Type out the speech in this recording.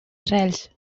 arrels